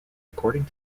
according